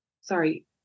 Sorry